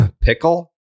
Pickle